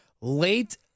Late